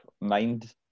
mind